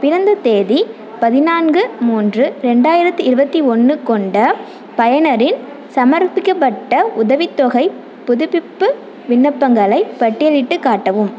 பிறந்த தேதி பதினான்கு மூன்று ரெண்டாயிரத்து இருபத்தி ஒன்று கொண்ட பயனரின் சமர்ப்பிக்கப்பட்ட உதவித்தொகை புதுப்பிப்பு விண்ணப்பங்களை பட்டியலிட்டு காட்டவும்